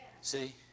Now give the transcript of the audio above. See